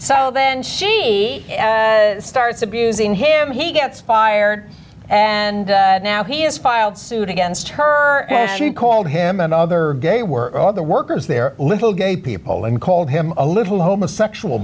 so then she starts abusing him he gets fired and now he has filed suit against her and she called him another day were all the workers there little gay people and called him a little homosexual